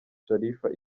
sharifa